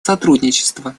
сотрудничества